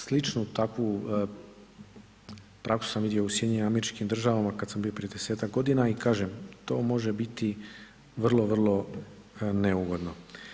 Sličnu takvu praksu sam vidio u SAD-u kada sam bio prije desetak godina i kažem to može biti vrlo, vrlo neugodno.